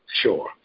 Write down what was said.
Sure